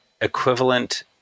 equivalent